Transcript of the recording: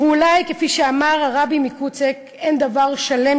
ואולי כפי שאמר הרבי מקוצק: 'אין דבר שלם